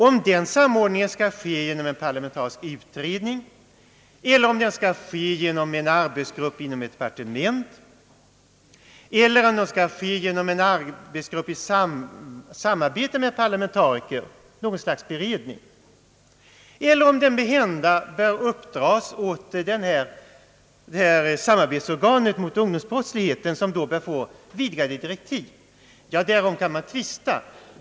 Om den samordningen skall ske genom en parlamentarisk utredning, genom en arbetsgrupp inom ett departement eller genom en arbetsgrupp i samarbete med parlamentariker, något slags beredning alltså, eller om den måhända bör uppdras åt samarbetsorganet mot ungdomsbrottsligheten, vilket då bör få vidgade direktiv, därom kan man tvista.